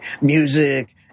music